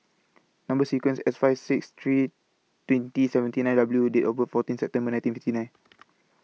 Number sequence IS S five six three twenty seventy nine W and Date of birth fourteen September nineteen fifty nine